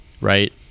right